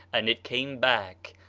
and it came back.